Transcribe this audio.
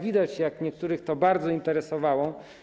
Widać, jak niektórych to bardzo interesowało.